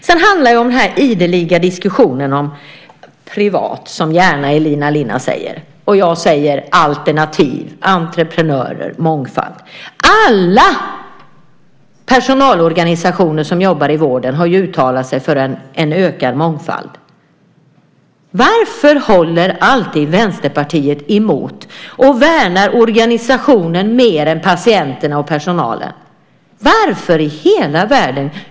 Sedan handlar det om den ideliga diskussionen om privat, som Elina Linna gärna säger. Jag säger alternativ, entreprenörer, mångfald. Alla personalorganisationer som jobbar i vården har ju uttalat sig för en ökad mångfald. Varför håller alltid Vänsterpartiet emot och värnar organisationen mer än patienterna och personalen? Varför i hela världen?